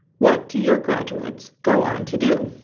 what do your graduates go on to do?